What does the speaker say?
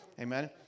Amen